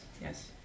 yes